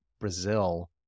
brazil